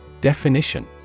Definition